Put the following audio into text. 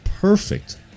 perfect